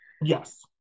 Yes